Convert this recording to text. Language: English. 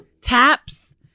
TAPS